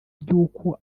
ry’uko